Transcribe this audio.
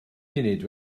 munud